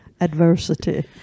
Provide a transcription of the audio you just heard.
adversity